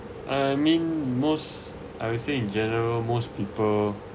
I mean most I will say in general most people